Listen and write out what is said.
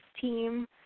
team